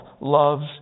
loves